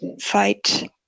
fight